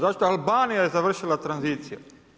Zašto Albanija je završila tranziciju?